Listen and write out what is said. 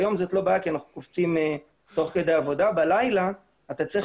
ביום זאת לא בעיה כי אנחנו קופצים תוך כדי עבודה אבל בלילה אתה צריך